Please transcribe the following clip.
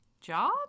job